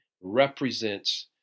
represents